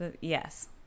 Yes